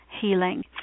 healing